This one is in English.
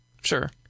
Sure